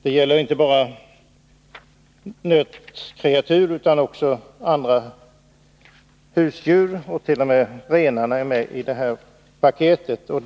Det handlar inte bara om nötkreatur utan också om husdjur, och t.o.m. renarna är med i det här sammanhanget.